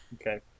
Okay